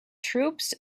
troops